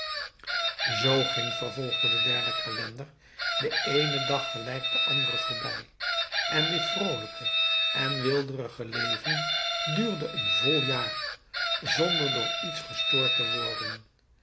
zoo ging vervolgde de derde calender de eene dag gelijk de andere voorbij en dit vrolijke en weelderige leven duurde een vol jaar zonder door iets gestoord te worden